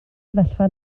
sefyllfa